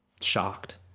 shocked